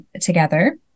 together